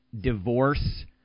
divorce